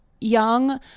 young